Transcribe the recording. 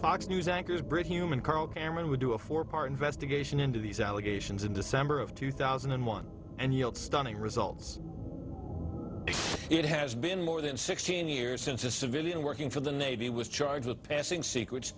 fox news anchors brit hume and carl cameron would do a four part investigation into these allegations in december of two thousand and one and yield stunning results were it has been more than sixteen years since a civilian working for the navy was charged with passing secrets